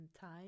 time